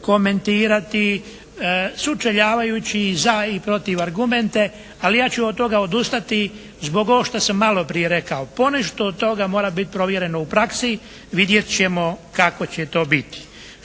komentirati sučeljavajući za i protiv argumente. Ali ja ću od toga odustati zbog ovog što sam malo prije rekao. Ponešto od toga mora biti provjereno u praksi. Vidjet ćemo kako će to biti.